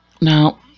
Now